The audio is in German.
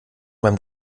beim